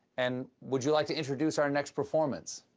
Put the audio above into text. and would you like to introduce our next performance?